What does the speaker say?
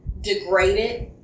degraded